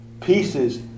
pieces